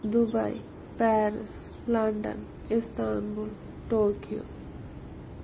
Dubai Paris London Istanbul Tokyo